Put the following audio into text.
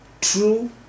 true